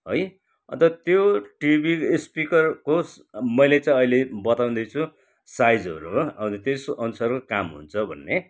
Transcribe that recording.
है अन्त त्यो टिभी स्पिकरको मैले चाहिँ अहिले बताउँदैँछु साइजहरू हो अन्त त्यसअनुसार नै काम हुन्छ भन्ने